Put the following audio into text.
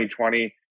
2020